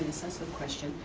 sensitive question,